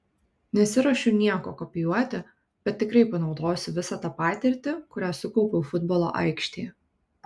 nesiruošiu nieko kopijuoti bet tikrai panaudosiu visą tą patirtį kurią sukaupiau futbolo aikštėje